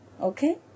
okay